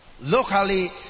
locally